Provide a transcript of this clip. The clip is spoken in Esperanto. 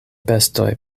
bestoj